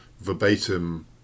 verbatim